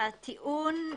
הקניין.